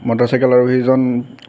motorcycle আৰোহীজন